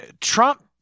Trump